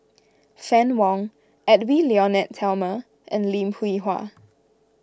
Fann Wong Edwy Lyonet Talma and Lim Hwee Hua